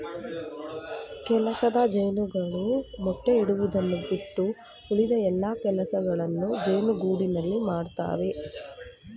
ಕೆಲಸದ ಜೇನುಗಳು ಮೊಟ್ಟೆ ಇಡುವುದನ್ನು ಬಿಟ್ಟು ಉಳಿದ ಎಲ್ಲಾ ಕೆಲಸಗಳನ್ನು ಜೇನುಗೂಡಿನಲ್ಲಿ ಮಾಡತ್ತವೆ